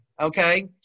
Okay